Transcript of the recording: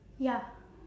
ya